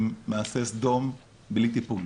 עם מעשה סדום בלי טיפול.